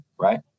Right